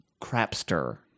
crapster